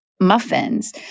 muffins